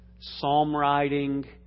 psalm-writing